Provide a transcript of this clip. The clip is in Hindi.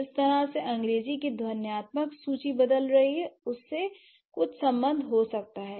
जिस तरह से अंग्रेजी की ध्वन्यात्मक सूची बदल रही है उससे कुछ संबंध हो सकता है